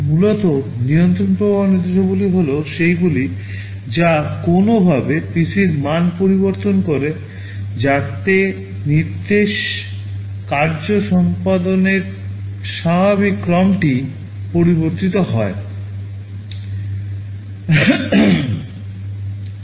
মূলত নিয়ন্ত্রণ প্রবাহ নির্দেশাবলী হল সেগুলি যা কোনওভাবে PCর মান পরিবর্তন করে যাতে নির্দেশ কার্য সম্পাদনের স্বাভাবিক ক্রমটি পরিবর্তিত হয়